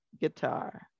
guitar